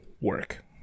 work